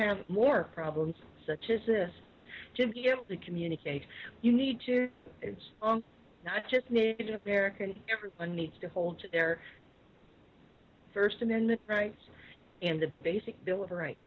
have more problems such as this to be able to communicate you need to it's not just american everyone needs to hold their first amendment rights and the basic bill of rights